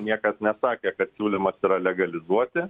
niekad nesakė kad siūlymas yra legalizuoti